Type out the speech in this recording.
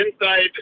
inside